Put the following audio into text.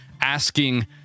asking